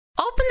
open